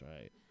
right